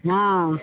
हँ